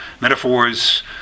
metaphors